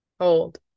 hold